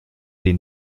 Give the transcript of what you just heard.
den